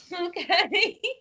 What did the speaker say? Okay